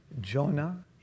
Jonah